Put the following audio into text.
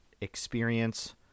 experience